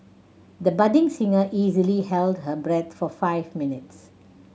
the budding singer easily held her breath for five minutes